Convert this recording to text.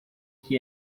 que